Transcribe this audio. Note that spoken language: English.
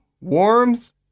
Worms